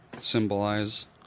symbolize